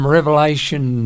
Revelation